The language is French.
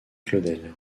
claudel